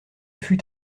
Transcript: fut